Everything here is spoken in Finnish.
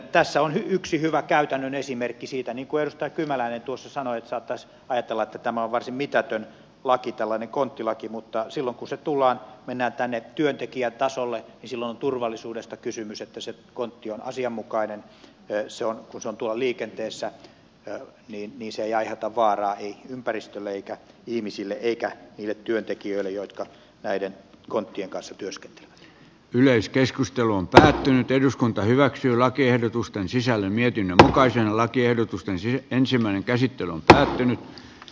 tässä on yksi hyvä käytännön esimerkki siitä niin kuin edustaja kymäläinen sanoi että saattaisi ajatella että tämä on varsin mitätön laki tällainen konttilaki mutta silloin kun mennään työntekijätasolle niin silloin on turvallisuudesta kysymys että se kontti on asianmukainen ja kun se on tuolla liikenteessä niin se ei aiheuta vaaraa ei ympäristölle eikä ihmisille eikä niille työntekijöille jotka näiden konttien kanssa työskentely yleiskeskustelu on päättynyt eduskunta hyväksyy lakiehdotusten sisällön mietin takaisin lakiehdotus ensia ensimmäinen käsittely on työskentelevät